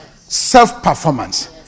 self-performance